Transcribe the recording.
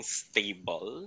stable